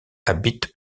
habite